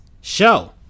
show